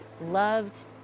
loved